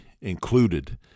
included